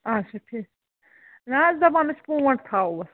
اَچھا ٹھیٖک نہَ حظ دَپان أسۍ پونٛڈ تھاوہوس